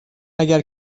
اگر